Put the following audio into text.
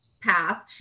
path